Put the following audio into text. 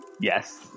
yes